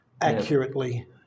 accurately